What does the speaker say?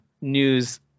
news